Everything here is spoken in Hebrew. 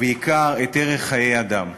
ובעיקר את ערך חיי אדם.